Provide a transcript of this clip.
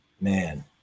man